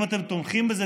אם אתם תומכים בזה,